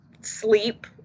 sleep